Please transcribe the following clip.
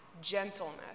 gentleness